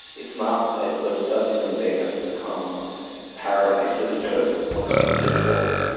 it's not as though suddenly they have become paradises of wonderful discourse.